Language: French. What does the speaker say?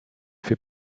fait